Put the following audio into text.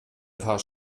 paar